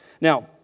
Now